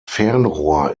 fernrohr